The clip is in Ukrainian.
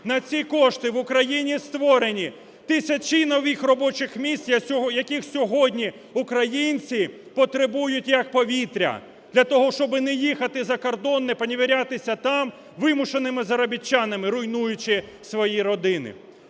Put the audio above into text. На ці кошти в Україні створені тисячі нових робочих місць, яких сьогодні українці потребують як повітря. Для того, щоб не їхати за кордон, не поневірятися там вимушеними заробітчанами, руйнуючи свої родини.